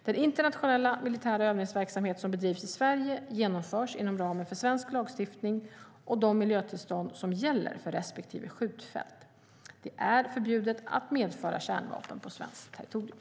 Den internationella militära övningsverksamhet som bedrivs i Sverige genomförs inom ramen för svensk lagstiftning och de miljötillstånd som gäller för respektive skjutfält. Det är förbjudet att medföra kärnvapen på svenskt territorium.